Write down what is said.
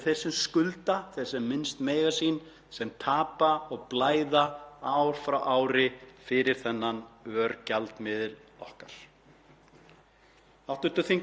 Hv. þm. Guðmundur Ingi Kristinsson nefndi það hér áðan að einhverjir legðu það til að ganga í Evrópusambandið og það væri svar við þessu. Og það er bara rétt,